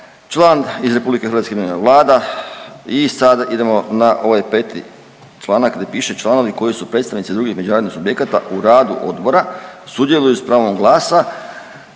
član iz RH imenuje Vlada i sad idemo na ovaj 5. čl. gdje piše, članovi koji su predstavnici drugih međunarodnih subjekata u radu odbora sudjeluju s pravom glasa